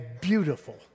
beautiful